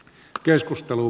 keskustelu